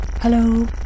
Hello